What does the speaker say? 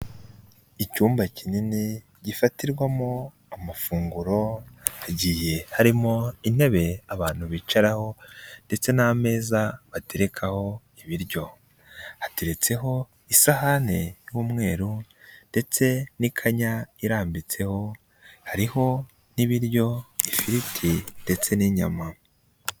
Icyumba kinini gifatirwamo amafunguro hagiye harimo intebe abantu bicaraho ndetse n'ameza baterekaho ibiryo, hateretseho isahane y'umweru ndetse n'ikanya irambitseho hariho n'ibiryo ifiriti ndetse n'inyama.